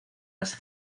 las